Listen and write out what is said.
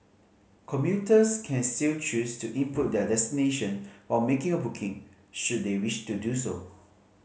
commuters can still choose to input their destination or making a booking should they wish to do so